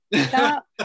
stop